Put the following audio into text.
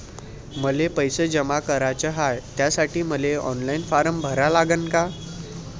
मले पैसे जमा कराच हाय, त्यासाठी मले ऑनलाईन फारम भरा लागन का?